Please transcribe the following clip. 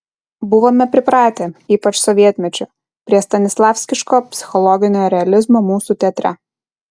buvome pripratę ypač sovietmečiu prie stanislavskiško psichologinio realizmo mūsų teatre